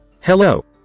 Hello